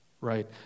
right